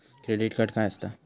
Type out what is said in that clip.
Credit card काय असता?